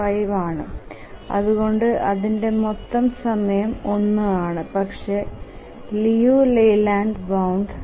5 ആണ് അതുകൊണ്ട് അതിന്ടെ മൊത്തം സമയം 1 ആണ് പക്ഷെ ലിയു ലെയ്ലാൻഡ് ബൌണ്ട് 0